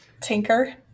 Tinker